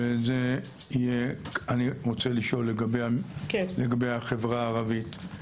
אני רוצה לשאול לגבי החברה הערבית.